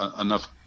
enough